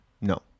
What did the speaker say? no